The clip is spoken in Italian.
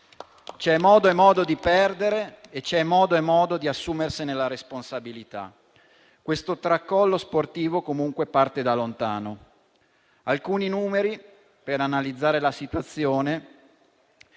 C'è modo e modo di perdere e c'è modo e modo di assumersene la responsabilità. Questo tracollo sportivo, comunque, parte da lontano. Do alcuni numeri per analizzare la situazione.